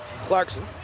Clarkson